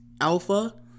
alpha